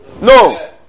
No